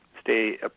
stay